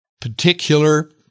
particular